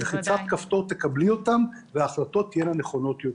בלחיצת כפתור תקבלי אותם וההחלטות תהיינה נכונות יותר.